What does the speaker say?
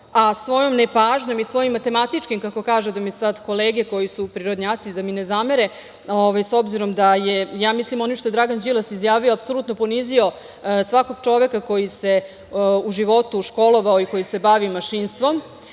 a svojom nepažnjom i svojim matematičkim, kako kaže, da mi sada kolege koji su prirodnjaci da mi ne zamere, s obzirom da je, mislim, onim što je Dragan Đilas izjavio apsolutno ponizio svakog čoveka koji se u životu školovao i koji se bavi mašinstvom,